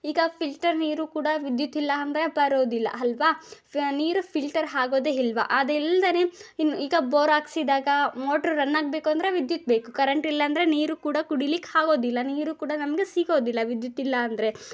ಈಗ ಫಿಲ್ಟರ್ ನೀರು ಕೂಡ ವಿದ್ಯುತ್ ಇಲ್ಲ ಅಂದರೆ ಬರೋದಿಲ್ಲ ಅಲ್ವಾ ಫ್ಯಾ ನೀರು ಫಿಲ್ಟರ್ ಆಗೋದೇ ಇಲ್ವಾ ಅದೀಲ್ದೆ ಇನ್ನು ಈಗ ಬೋರಾಕ್ಸಿದಾಗ ಮೋಟ್ರು ರನ್ನಾಗಬೇಕು ಅಂದರೆ ವಿದ್ಯುತ್ ಬೇಕು ಕರೆಂಟ್ ಇಲ್ಲಾಂದ್ರೆ ನೀರು ಕೂಡ ಕುಡಿಲಿಕ್ಕೆ ಆಗೋದಿಲ್ಲ ನೀರು ಕೂಡ ನಮಗೆ ಸಿಗೋದಿಲ್ಲ ವಿದ್ಯುತ್ ಇಲ್ಲ ಅಂದರೆ